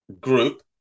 group